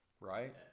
right